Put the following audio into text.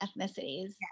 ethnicities